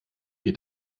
geht